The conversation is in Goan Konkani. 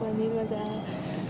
पनीर मसाला